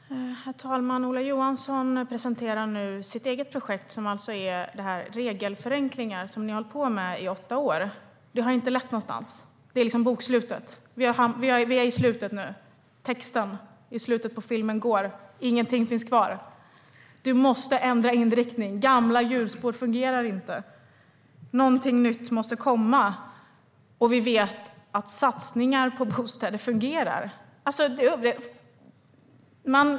Herr talman! Ola Johansson presenterar nu sitt eget projekt, som är de regelförenklingar som ni har hållit på med i åtta år. Det har inte lett någonstans. Det är bokslutet. Vi är i slutet nu, och texten i slutet på filmen går. Ingenting finns kvar. Du måste ändra inriktning. Gamla hjulspår fungerar inte. Någonting nytt måste komma. Vi vet att satsningar på bostäder fungerar.